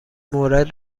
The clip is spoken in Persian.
مورد